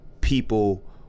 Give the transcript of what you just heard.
people